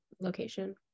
location